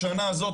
השנה הזאת,